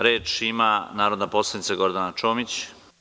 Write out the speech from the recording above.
Reč ima narodna poslanica Gordana Čomić.